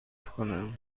کنم